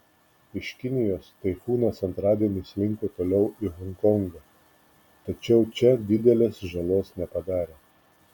iš kinijos taifūnas antradienį slinko toliau į honkongą tačiau čia didelės žalos nepadarė